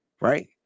right